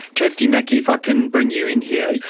kirsty mackie, if i can bring you in here.